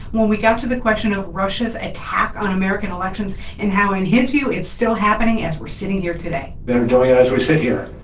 when we got to the question of russia's attack on american elections and how in his view it's still happening as we're sitting here today they're doing it as we sit here,